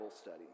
study